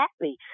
happy